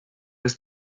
ist